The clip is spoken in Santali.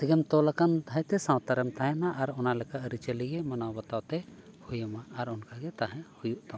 ᱛᱮᱜᱮᱢ ᱛᱚᱞ ᱟᱠᱟᱱ ᱛᱟᱦᱮᱸᱫ ᱛᱮ ᱥᱟᱶᱛᱟ ᱨᱮᱢ ᱛᱟᱦᱮᱱᱟ ᱟᱨ ᱚᱱᱟ ᱞᱮᱠᱟ ᱟᱹᱨᱤᱪᱟᱹᱤ ᱜᱮ ᱢᱟᱱᱟᱣ ᱵᱟᱛᱟᱣ ᱛᱮ ᱦᱩᱭ ᱟᱢᱟ ᱟᱨ ᱚᱱᱠᱟᱜᱮ ᱛᱟᱦᱮᱸ ᱦᱩᱭᱩᱜ ᱛᱟᱢᱟ